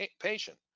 patient